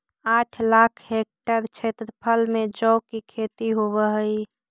आठ लाख हेक्टेयर क्षेत्रफल में जौ की खेती होव हई